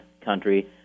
country